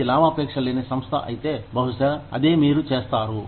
మీది లాభాపేక్ష లేని సంస్థ అయితే బహుశా అదే మీరు చేస్తారు